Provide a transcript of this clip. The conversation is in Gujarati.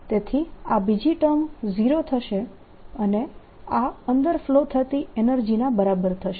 તેથી આ બીજી ટર્મ 0 થશે અને આ અંદર ફ્લો થતી એનર્જીના બરાબર થશે